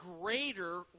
greater